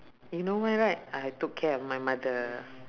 you know why right I took care of my mother